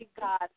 god